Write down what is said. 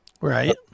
Right